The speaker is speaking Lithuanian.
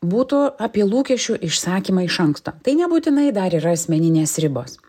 būtų apie lūkesčių išsakymą iš anksto tai nebūtinai dar yra asmeninės ribos